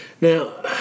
Now